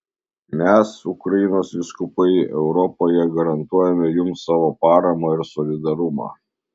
mes ukrainos vyskupai europoje garantuojame jums savo paramą ir solidarumą